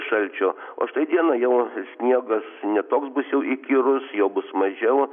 šalčio o štai dieną jau sniegas ne toks bus jau įkyrus jo bus mažiau